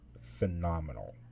phenomenal